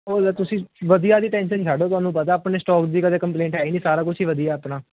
ਉਹ ਲੈ ਤੁਸੀਂ ਵਧੀਆ ਦੀ ਟੈਨਸ਼ਨ ਛੱਡ ਦਓ ਤੁਹਾਨੂੰ ਪਤਾ ਆਪਣੇ ਸਟੋਕ ਦੀ ਕਦੀ ਕੰਪਲੇਂਟ ਆਈ ਨਹੀਂ ਸਾਰਾ ਕੁਛ ਹੀ ਵਧੀਆ ਹੈਂ ਆਪਣਾ